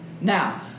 Now